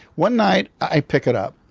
one night i pick it up,